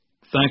thank